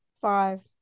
five